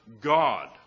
God